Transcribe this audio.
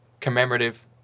commemorative